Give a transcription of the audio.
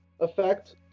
effect